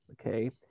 okay